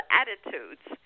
attitudes